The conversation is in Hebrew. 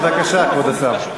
כבוד השר.